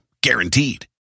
Guaranteed